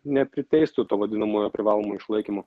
nepriteistų to vadinamojo privalomo išlaikymo